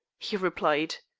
he replied.